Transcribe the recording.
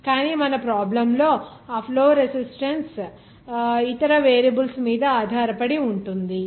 కానీ మన ప్రాబ్లం లో ఆ ఫ్లో రెసిస్టన్స్ ఇతర వేరియబుల్స్ మీద ఆధారపడి ఉంటుంది